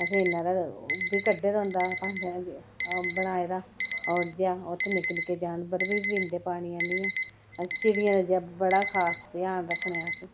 असें इन्ना ते ओह् बी कड्ढे दा होंदा बनाए दा ओड़ जेहा उत्थै निक्के जानवर बी पींदे पानी आह्नियै अस चिड़ियें दा बड़ा खास ध्यान रक्खने आं अस